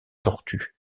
tortues